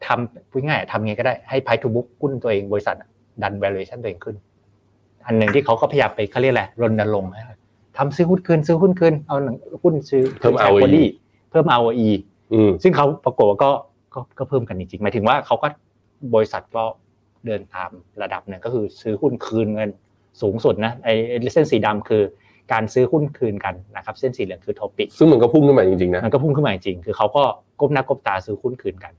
ทำ- พูดง่ายๆทำไงก็ได้ให้ price to book หุ้นตัวเองบริษัทอะ ดัน valuation ตัวเองขึ้น อันหนึ่งที่เขาก็พยายามไปเขาเรียกอะไร รณรงค์ให้ทำซื้อหุ้นคืน ซื้อหุ้นคืน เอาหนึ่งหุ้นซื้อเพิ่มShareROEBody เพิ่ม ROEอืมซึ่งเขาปรากฏว่าก็- ก็- ก็เพิ่มกันจริงๆ หมายถึงว่าเขาก็บริษัทก็เดินตามระดับหนึ่งก็คือซื้อหุ้นคืนเงินสูงสุดนะ ไอ้เส้นสีดำคือการซื้อหุ้นคืนกันนะครับ เส้นสีเหลืองคือ Topicซึ่งมันก็พุ่งขึ้นมาจริงๆนะมันก็พุ่งขึ้นมาจริงๆ คือเขาก็ก้มหน้าก้มตาซื้อหุ้นคืนกัน